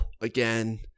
again